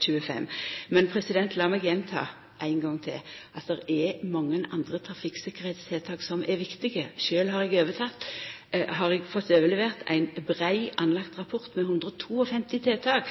til 25 km. Men lat meg gjenta ein gong til at det er mange andre trafikktryggleikstiltak som er viktige. Sjølv har eg fått overlevert ein breitt utforma rapport med 152 tiltak